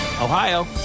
Ohio